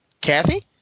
Kathy